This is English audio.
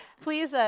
please